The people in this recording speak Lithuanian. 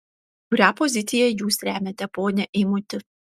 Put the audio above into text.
kurią poziciją jūs remiate pone eimuti